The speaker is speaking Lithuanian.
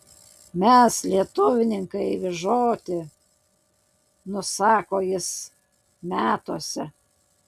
mes lietuvninkai vyžoti nusako jis metuose